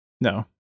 No